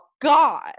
God